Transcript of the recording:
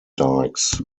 dikes